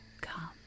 come